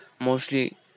mostly